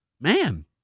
man